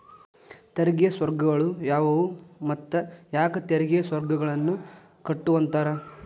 ತೆರಿಗೆ ಸ್ವರ್ಗಗಳು ಯಾವುವು ಮತ್ತ ಯಾಕ್ ತೆರಿಗೆ ಸ್ವರ್ಗಗಳನ್ನ ಕೆಟ್ಟುವಂತಾರ